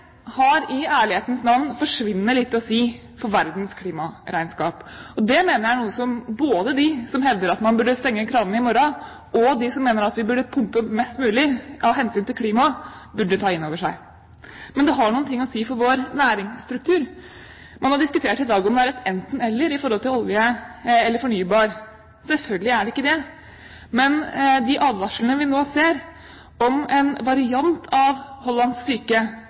har i ærlighetens navn forsvinnende lite å si for verdens klimaregnskap. Det mener jeg er noe som både de som hevder at man burde stenge kranene i morgen, og de som mener vi bør pumpe opp mest mulig av hensyn til klimaet, burde ta inn over seg. Det har noe å si for vår næringsstruktur. Man har diskutert i dag om det er et enten–eller i forhold til olje eller fornybar energi. Selvfølgelig er det ikke det, men de advarslene vi nå ser, om en variant av hollandsk syke,